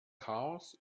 chaos